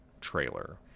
trailer